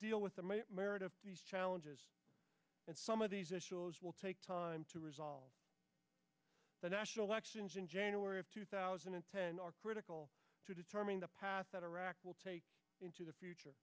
deal with the challenges and some of these issues will take time to resolve the national elections in january of two thousand and ten are critical to determine the path that iraq will take into the future